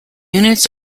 units